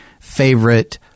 favorite